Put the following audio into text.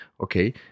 okay